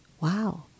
Wow